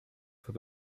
für